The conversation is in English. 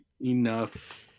Enough